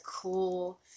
cool